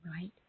right